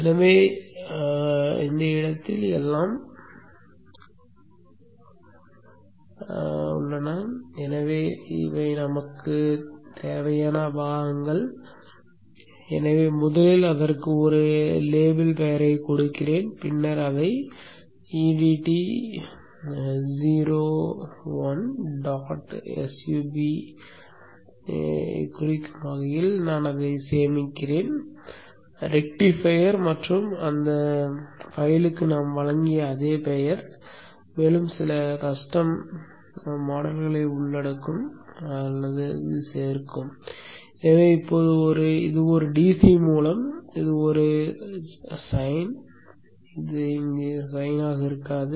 எனவே இடத்தில் எல்லாம் சரியாக உள்ளன இருக்காது